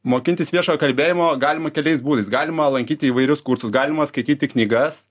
mokintis viešojo kalbėjimo galima keliais būdais galima lankyti įvairius kursus galima skaityti knygas